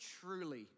truly